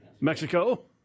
Mexico